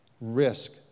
risk